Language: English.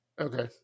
Okay